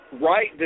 right